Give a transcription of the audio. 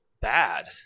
bad